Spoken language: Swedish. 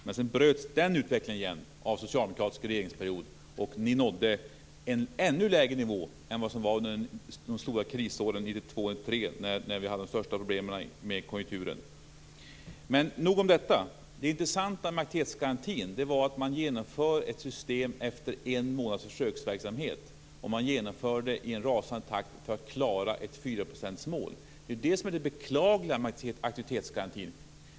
Men sedan bröts den utvecklingen igen av en socialdemokratisk regeringsperiod, och ni nådde en ännu lägre nivå än den som rådde under de stora krisåren 1992 och 1993, när vi hade de största problemen med konjunkturen. Nog om detta. Det intressanta med aktivitetsgarantin var att man genomförde ett system efter en månads försöksverksamhet. Man genomförde det i en rasande takt för att klara ett 4-procentsmål. Det är det som är det beklagliga med aktivitetsgarantin.